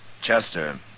Chester